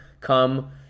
come